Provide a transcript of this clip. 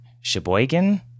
Sheboygan